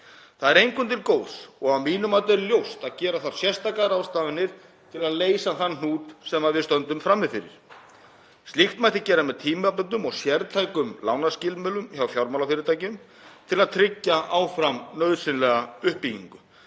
Það er engum til góðs og að mínu mati er ljóst að gera þarf sérstakar ráðstafanir til að leysa þann hnút sem við stöndum frammi fyrir. Slíkt mætti gera með tímabundnum og sértækum lánaskilmálum hjá fjármálafyrirtækjum til að tryggja áfram nauðsynlega uppbyggingu.